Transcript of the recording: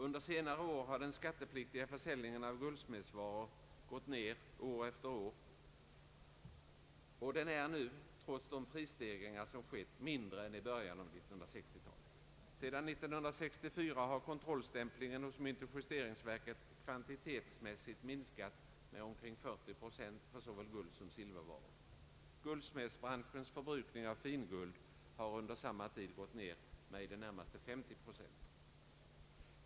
Under senare år har den skattepliktiga försäljningen av guldsmedsvaror gått ner år efter år och är nu, trots de prisstegringar som skett, mindre än i början av 1960-talet. Sedan år 1964 har kontrollstämplingen hos myntoch registreringsverket kvantitetsmässigt minskat med omkring 40 procent för såväl guldsom silvervaror. Guldsmedsbranschens förbrukning av finguld har under samma tid gått ned med i det närmaste 90 procent.